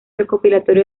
recopilatorio